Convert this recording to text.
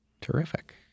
Terrific